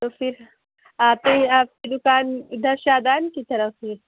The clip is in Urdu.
تو پھر آتے ہیں آپ کی دکان ادھر شادان کی طرف ہے